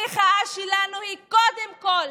המחאה שלנו היא קודם כול